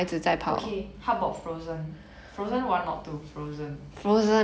okay how about frozen frozen one not two frozen